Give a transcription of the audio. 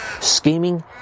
scheming